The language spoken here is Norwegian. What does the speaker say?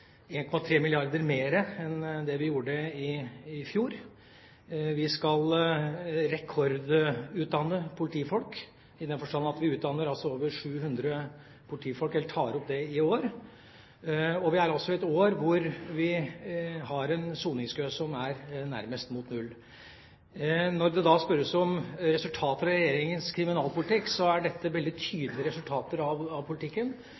milliarder kr mer enn det vi gjorde i fjor. Vi skal rekordutdanne politifolk, i den forstand at vi tar opp og utdanner over 700 politistudenter i år, og vi er i et år hvor vi har en soningskø som er nærmest lik null. Når det da spørres om resultater av Regjeringas kriminalpolitikk, er dette veldig tydelige resultater av politikken,